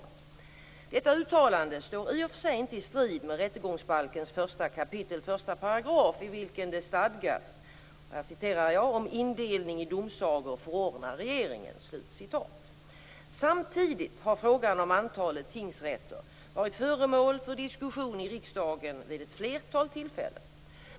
Detta uttalande står i och för sig inte i strid med rättegångsbalkens 1 kap. 1 §, i vilken det stadgas: "Om indelning i domsagor förordnar regeringen". Samtidigt har frågan om antalet tingsrätter varit föremål för diskussion i riksdagen vid ett flertal tillfällen.